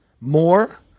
more